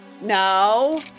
No